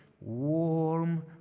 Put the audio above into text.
Warm